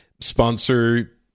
sponsor